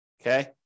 Okay